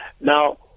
Now